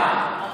אני יודע.